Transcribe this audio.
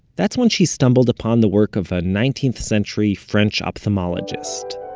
that's when she stumbled upon the work of a nineteenth century french ophthalmologist,